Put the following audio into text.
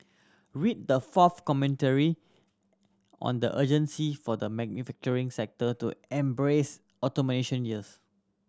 read the fourth commentary on the urgency for the manufacturing sector to embrace automation years